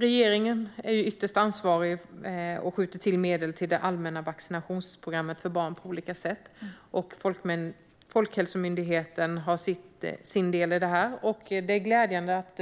Regeringen är ytterst ansvarig och skjuter till medel till det allmänna vaccinationsprogrammet för barn. Folkhälsomyndigheten har sin del i detta arbete. Det är glädjande att